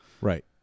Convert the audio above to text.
Right